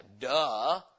Duh